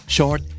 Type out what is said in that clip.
Short